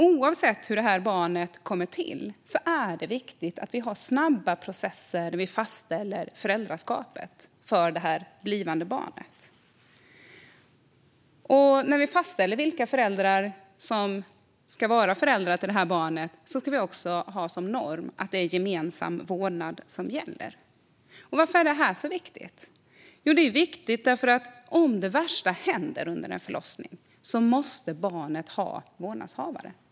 Oavsett hur barnet kommer till är det viktigt att vi har snabba processer där vi fastställer föräldraskapet för det blivande barnet. När vi fastställer vilka som ska vara barnets föräldrar ska vi ha som norm att det är gemensam vårdnad som gäller. Varför är detta så viktigt? Jo, därför att om det värsta händer under en förlossning måste barnet ha vårdnadshavare.